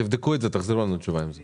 תבדקו את זה ותחזירו לנו תשובה לגבי זה,